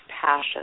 passion